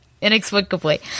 inexplicably